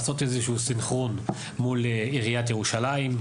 לעשות איזשהו סנכרון מול עיריית ירושלים,